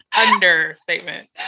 understatement